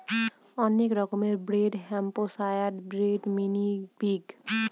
অনেক রকমের breed Hampshire breed, mini pig